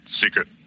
Secret